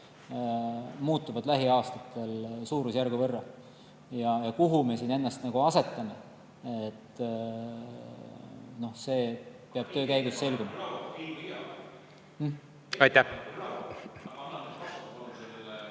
muutub lähiaastatel suurusjärgu võrra. Kuhu me siin ennast asetame, see peab töö käigus selguma. (Urmas